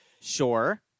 Sure